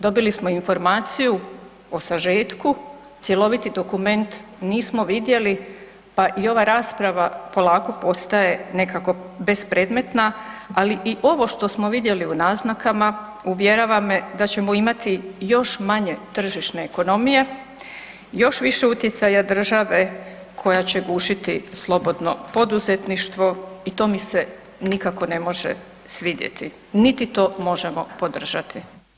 Dobili smo Informaciju o sažetku, cjeloviti dokument nismo vidjeli, pa i ova rasprava polako postaje nekako bespredmetna, ali i ovo što smo vidjeli u naznakama, uvjerava me da ćemo imati još manje tržišne ekonomije, još više utjecaja države koja će gušiti slobodno poduzetništvo i to mi se nikako ne može svidjeti niti to možemo podržati.